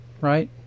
Right